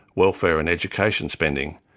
welfare and education spending,